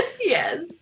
Yes